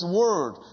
word